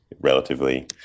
relatively